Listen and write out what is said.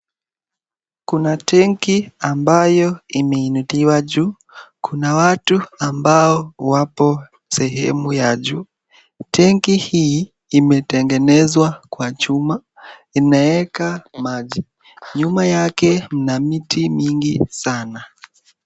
Kuna tenki ambayo imeinuliwa juu, kuna watu ambao wapo sehemu ya juu. Tenki hii imetengenezwa kwa chuma inaeka maji. Nyuma yake mna miti mingi sana.